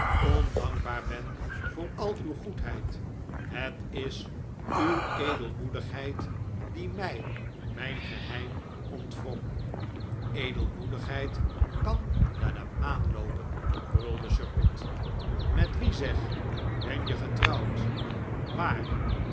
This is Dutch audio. ondankbaar ben voor al uw goedheid het is uw edelmoedigheid die mij mijn geheim ontwrong edelmoedigheid kan naar de maan loopen brulde sir pitt met wien zeg ben je getrouwd waar